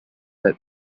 that